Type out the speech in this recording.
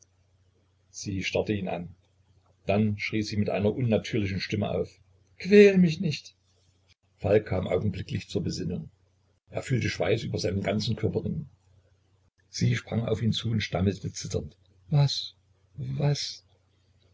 sie starrte ihn an dann schrie sie mit einer unnatürlichen stimme auf quäl mich nicht falk kam augenblicklich zur besinnung er fühlte schweiß über seinen ganzen körper rinnen sie sprang auf ihn zu und stammelte zitternd was was